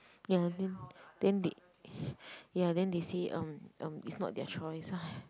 ya then then they ya then they see um um it's not their choice